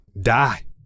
die